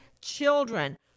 children